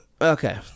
Okay